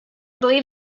believe